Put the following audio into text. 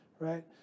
Right